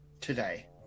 today